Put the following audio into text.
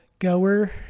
goer